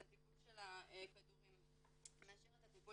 את הטיפול של הכדורים מאשר את הטיפול